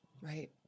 Right